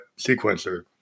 sequencer